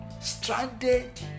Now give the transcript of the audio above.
stranded